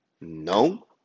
no